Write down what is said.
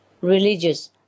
religious